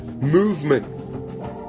movement